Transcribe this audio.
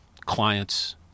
clients